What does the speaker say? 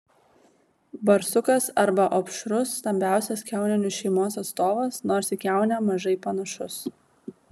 barsukas arba opšrus stambiausias kiauninių šeimos atstovas nors į kiaunę mažai panašus